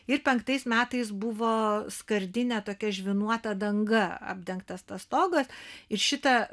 ir penktais metais buvo skardine tokia žvynuota danga apdengtas stogas ir šitą